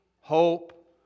hope